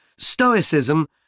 Stoicism